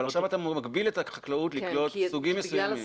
אבל עכשיו אתה מגביל את החקלאות לקלוט סוגים מסוימים.